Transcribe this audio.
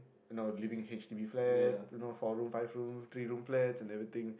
now living h_d_b flats you know four room five room three room flats and everything